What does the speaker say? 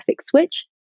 switch